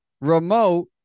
remote